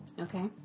Okay